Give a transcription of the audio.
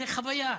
זו חוויה.